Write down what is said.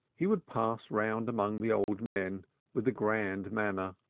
he would pass round among the old men with a grand manner.